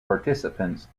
participants